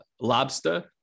lobster